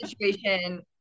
situation